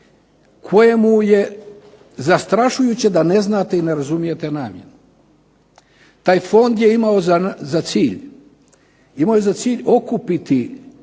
kojemu je zastrašujuće da ne znate i ne razumijete namjenu. Taj fond je imao za cilj,